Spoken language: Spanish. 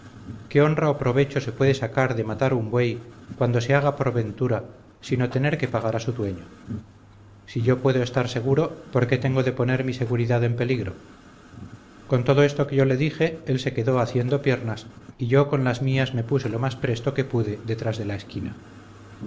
qué honra o provecho se puede sacar de matar un buey cuando se haga por ventura sino tener que pagar a su dueño si yo puedo estar seguro por qué tengo de poner mi seguridad en peligro con todo esto que yo dije él se quedó haciendo piernas y yo con las mías me puse lo más presto que pude detrás de la esquina